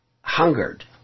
hungered